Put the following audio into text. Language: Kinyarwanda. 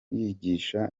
yigisha